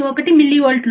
1 మిల్లీవోల్ట్లు